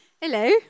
Hello